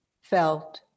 felt